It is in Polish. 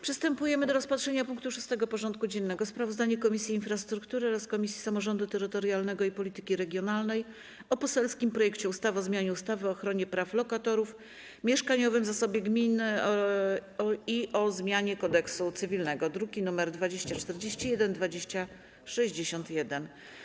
Przystępujemy do rozpatrzenia punktu 6. porządku dziennego: Sprawozdanie Komisji Infrastruktury oraz Komisji Samorządu Terytorialnego i Polityki Regionalnej o poselskim projekcie ustawy o zmianie ustawy o ochronie praw lokatorów, mieszkaniowym zasobie gminy i o zmianie Kodeksu cywilnego (druki nr 2041 i 2061)